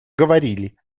говорили